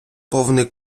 повний